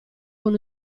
con